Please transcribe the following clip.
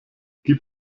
gib